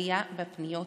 עלייה בפניות.